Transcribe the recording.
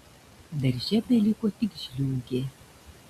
darže beliko tik žliūgė